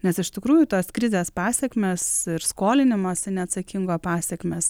nes iš tikrųjų tos krizės pasekmės ir skolinimosi neatsakingo pasekmės